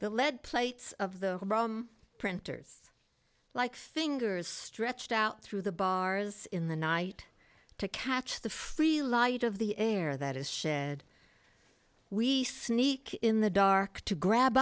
the lead plates of the printers like fingers stretched out through the bars in the night to catch the free light of the air that is shed we sneak in the dark to grab